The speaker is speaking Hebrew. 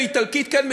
ואיטלקית כן,